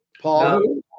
Paul